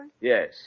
Yes